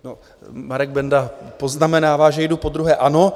No, Marek Benda poznamenává, že jdu podruhé, ano.